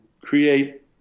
create